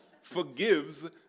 forgives